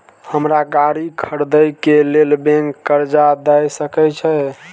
हमरा गाड़ी खरदे के लेल बैंक कर्जा देय सके छे?